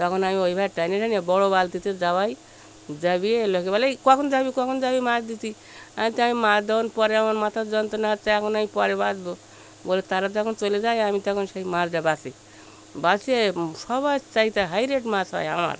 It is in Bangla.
তখন আমি ওই ভাবে টেনে টেনে বড় বালতিতে চাপাই চাপিয়ে লোকে বলে এই কখন যাবি কখন যাবি মাছ দিতে আর তো আমি মাছ ধরার পরে আমার মাথার যন্ত্রণা হছে এখন আমি পরে বাছব বলে তারা যখন চলে যায় আমি তখন সেই মাছটা বাছি বেছে সবাই চাইতে হাই রেট মাছ হয় আমার